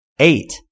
Eight